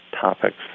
topics